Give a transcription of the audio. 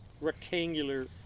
rectangular